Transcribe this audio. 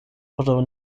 pro